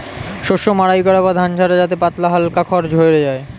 শস্য মাড়াই করা বা ধান ঝাড়া যাতে পাতলা হালকা খড় ঝড়ে যায়